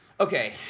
Okay